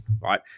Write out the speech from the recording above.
right